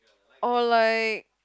or like